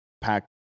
pack